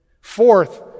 Fourth